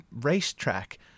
racetrack